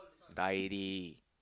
die already